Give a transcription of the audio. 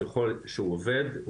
ככל שהוא עובד,